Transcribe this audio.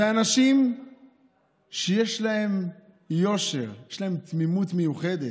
אלה אנשים שיש להם יושר, יש להם תמימות מיוחדת.